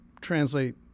translate